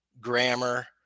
grammar